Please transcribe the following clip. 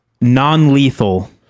Non-lethal